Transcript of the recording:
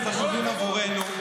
הם חשובים עבורנו,